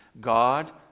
God